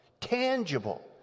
tangible